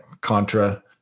Contra